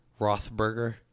Rothberger